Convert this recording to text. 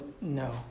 no